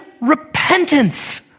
repentance